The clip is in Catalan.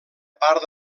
part